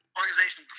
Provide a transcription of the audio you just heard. organization